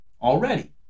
Already